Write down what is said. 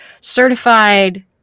certified